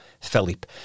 Philip